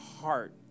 heart